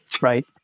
right